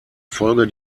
folge